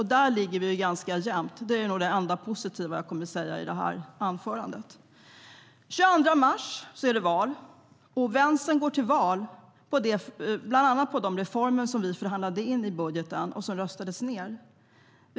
Här ligger vi ganska jämnt, vilket nog är det enda positiva jag kommer att säga i mitt anförande.De 22 mars är det val. Vänstern går till val på bland annat de reformer som vi förhandlade in i den budget som röstades ned.